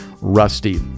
Rusty